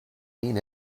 mean